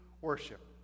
worship